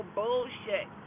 bullshit